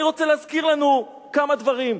אני רוצה להזכיר לנו כמה דברים.